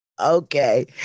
Okay